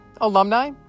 alumni